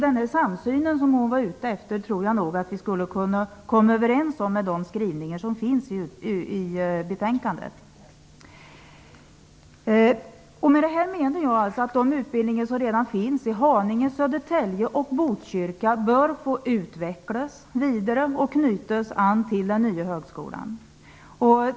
Den samsyn som hon var ute efter tror jag nog att vi skulle kunna komma överens om med de skrivningar som finns i betänkandet. Med detta menar jag att den utbildning som redan finns i Haninge, Södertälje och Botkyrka bör få utvecklas vidare och knytas an till den nya högskolan.